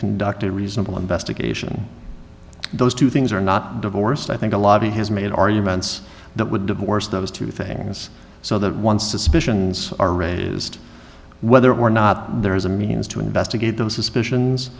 conduct a reasonable investigation those two things are not divorced i think a lobby has made arguments that would divorce those two things so that once suspicions are raised whether or not there is a means to investigate those suspicions